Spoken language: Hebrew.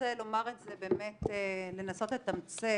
אנסה לתמצת.